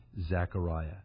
Zechariah